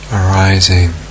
arising